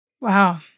Wow